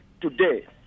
today